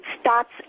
starts